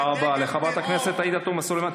תודה רבה לחברת הכנסת עאידה תומא סלימאן.